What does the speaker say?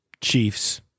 Chiefs